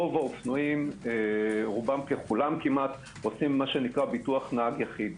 רוב האופנועים רובם ככולם כמעט עושים ביטוח נהג יחיד,